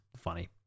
funny